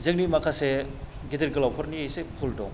जोंनि माखासे गिदिर गोलावफोरनि एसे बुहुल दं